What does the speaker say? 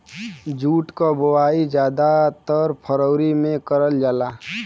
jute क बोवाई जादातर फरवरी में करल जाला